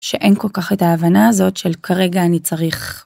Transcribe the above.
שאין כל כך את ההבנה הזאת של כרגע אני צריך.